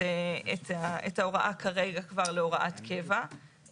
את ההוראה כבר כרגע להוראת קבע.